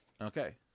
Okay